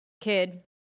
Kid